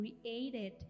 created